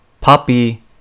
puppy